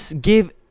give